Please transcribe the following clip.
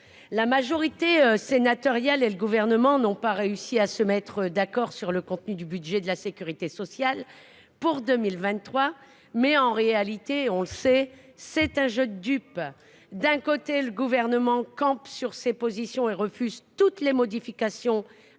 la majorité sénatoriale et le gouvernement n'ont pas réussi à se mettre d'accord sur le contenu du budget de la Sécurité sociale pour 2023, mais en réalité, on le sait, c'est un jeu de dupes d'un côté, le gouvernement campe sur ses positions et refuse toutes les modifications apportées